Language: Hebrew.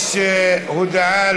יש הודעה